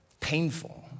Painful